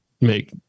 make